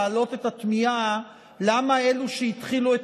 להעלות את התמיהה למה אלו שהתחילו את